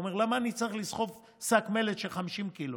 הוא אמר: למה אני צריך לסחוב שק מלט של 50 קילו?